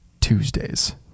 tuesdays